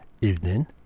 Evening